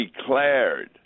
declared